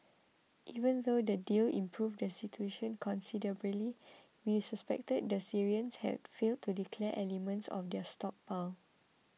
even though the deal improved the situation considerably we suspected that the Syrians had failed to declare elements of their stockpile